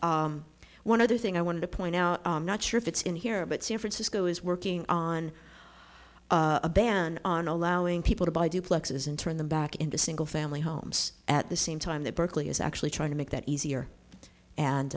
tenfold one other thing i want to point out not sure fits in here but san francisco is working on a ban on allowing people to buy duplexes and turn them back into single family homes at the same time that berkeley is actually trying to make that easier and